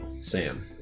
Sam